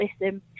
listen